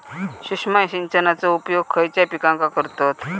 सूक्ष्म सिंचनाचो उपयोग खयच्या पिकांका करतत?